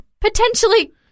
potentially